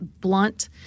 blunt